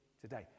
today